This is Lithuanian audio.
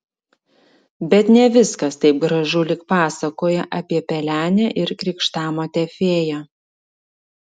bet ne viskas taip gražu lyg pasakoje apie pelenę ir krikštamotę fėją